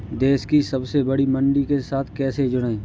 देश की सबसे बड़ी मंडी के साथ कैसे जुड़ें?